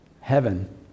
heaven